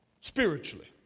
spiritually